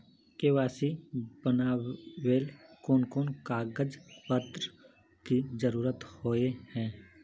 KYC बनावेल कोन कोन कागज पत्र की जरूरत होय है?